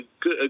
good